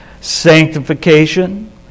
sanctification